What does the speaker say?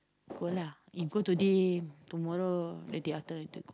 go lah if go today tomorrow ready after later go